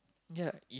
ya